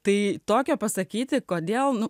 tai tokia pasakyti kodėl